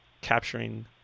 capturing